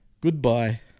Goodbye